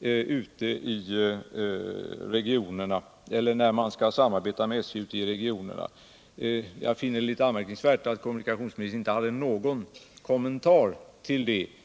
när man skall samarbeta med SJ ute i regionerna. Jag finner det anmärkningsvärt att kommunikationsministern inte hade någon kommentar till den heller.